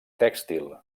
tèxtil